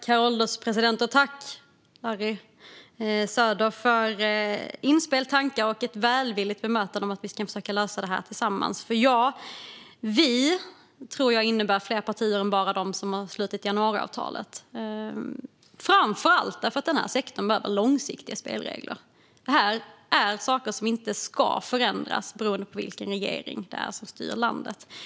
Herr ålderspresident! Tack, Larry Söder, för inspel, tankar och ett välvilligt bemötande gällande att vi ska försöka lösa det här tillsammans. "Vi" tror jag innebär fler partier än bara de som har slutit januariavtalet, framför allt för att den här sektorn behöver långsiktiga spelregler. Det här är saker som inte ska förändras beroende på vilken regering som styr landet.